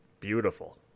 beautiful